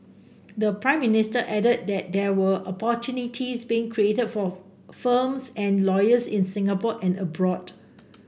the Prime Minister added that there were opportunities being created for firms and lawyers in Singapore and abroad